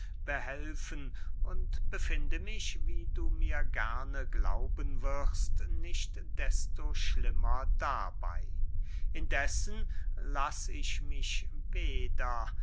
behelfen und befinde mich wie du mir gerne glauben wirst nicht desto schlimmer dabey indessen lass ich mich weder